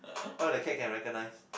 what the cat can recognize